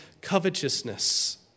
covetousness